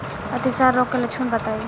अतिसार रोग के लक्षण बताई?